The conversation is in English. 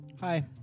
Hi